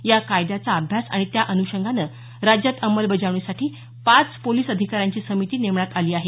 या कायद्याचा अभ्यास आणि त्या अनुषंगानं राज्यात अंमलबजावणीसाठी पाच पोलिस अधिकाऱ्यांची समिती नेमण्यात आली आहे